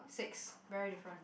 six very different